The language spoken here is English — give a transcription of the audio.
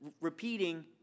repeating